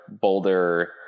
boulder